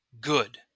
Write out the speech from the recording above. good